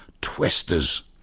Twisters